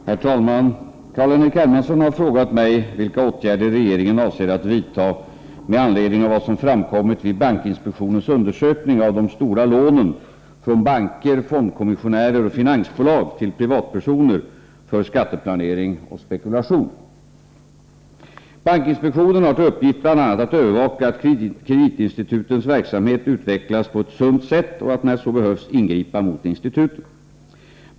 Herr talman! Carl-Henrik Hermansson har frågat mig vilka åtgärder regeringen avser att vidta med anledning av vad som framkommit vid bankinspektionens undersökning av de stora lånen från banker, fondkommissionärer och finansbolag till privatpersoner för skatteplanering och spekulation. Bankinspektionen har till uppgift bl.a. att övervaka att kreditinstitutens verksamhet utvecklas på ett sunt sätt och att när så behövs ingripa mot instituten.